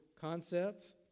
concept